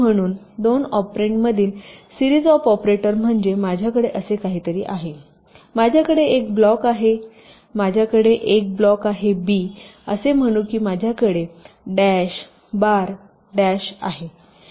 म्हणून दोन ऑपरेंड मधील सिरीज ऑफ ऑपरेटर म्हणजेमाझ्याकडे असे काहीतरी आहे माझ्याकडे एक ब्लॉक आहे माझ्याकडे एक ब्लॉक आहे बी असे म्हणू की माझ्याकडे डॅश बार डॅश आहे